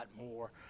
more